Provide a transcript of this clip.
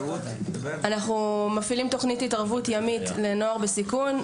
אנחנו מפעילים תוכנית התערבות ימית לנוער בסיכון,